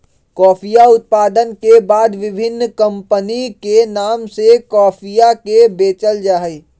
कॉफीया उत्पादन के बाद विभिन्न कमपनी के नाम से कॉफीया के बेचल जाहई